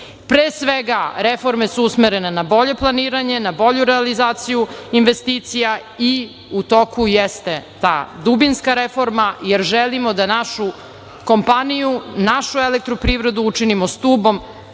Pre svega, reforme su usmerene na bolje planiranje, na bolju realizaciju investicija i u toku jeste da dubinska reforma, jer želimo da našu kompaniju, našu EPS učinimo stubom